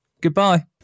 Goodbye